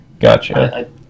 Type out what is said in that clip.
gotcha